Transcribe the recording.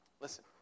Listen